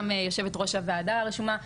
אבל גם יו"ר הוועדה רשומה.